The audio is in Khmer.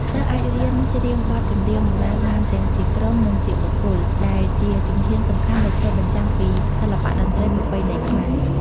សិស្សអាចរៀនច្រៀងបទចម្រៀងបុរាណបានទាំងជាក្រុម និងជាបុគ្គល ដែលជាជំហានសំខាន់ដែលឆ្លុះបញ្ចាំងពីសិល្បៈតន្ត្រីប្រពៃណីខ្មែរ។